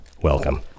Welcome